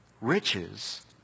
riches